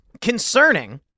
concerning